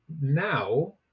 now